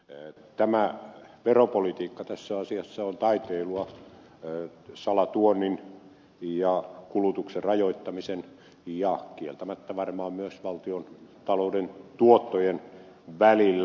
tämä veropolitiikka tässä asiassa on taiteilua salatuonnin ja kulutuksen rajoittamisen ja kieltämättä varmaan myös valtiontalouden tuottojen välillä